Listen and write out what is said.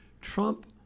Trump